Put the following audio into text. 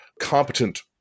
competent